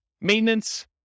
Maintenance